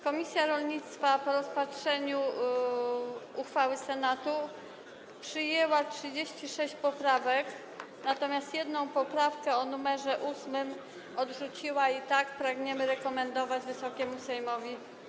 Komisja rolnictwa po rozpatrzeniu uchwały Senatu przyjęła 36 poprawek, natomiast jedną poprawkę, poprawkę nr 8, odrzuciła, i takie głosowanie pragniemy rekomendować Wysokiemu Sejmowi.